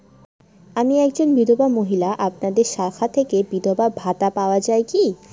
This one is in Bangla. আমি একজন বিধবা মহিলা আপনাদের শাখা থেকে বিধবা ভাতা পাওয়া যায় কি?